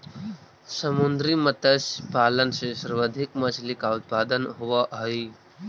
समुद्री मत्स्य पालन से सर्वाधिक मछली का उत्पादन होवअ हई